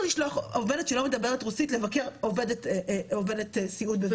לשלוח עו"סית שלא מדברת רוסית לבקר עובדת סיעוד בביתה.